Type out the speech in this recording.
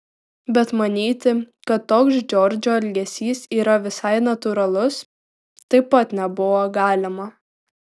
bet manyti kad toks džordžo elgesys yra visai natūralus taip pat nebuvo galima